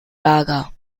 lager